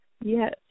Yes